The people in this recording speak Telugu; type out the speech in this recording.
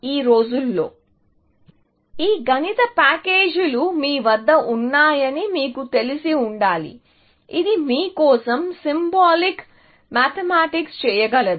ఈ రోజుల్లో ఈ గణిత ప్యాకేజీలు మీ వద్ద ఉన్నాయని మీకు తెలిసి ఉండాలి ఇది మీ కోసం సింబాలిక్ మ్యాథమెటిక్స్ చేయగలదు